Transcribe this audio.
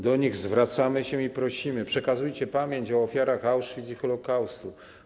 Do nich zwracamy się i prosimy: 'Przekazujcie pamięć o ofiarach Auschwitz i Holokaustu.